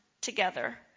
together